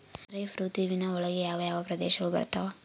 ಖಾರೇಫ್ ಋತುವಿನ ಒಳಗೆ ಯಾವ ಯಾವ ಪ್ರದೇಶಗಳು ಬರ್ತಾವ?